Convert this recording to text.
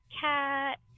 cat